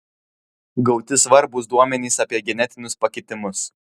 gauti svarbūs duomenys apie genetinius pakitimus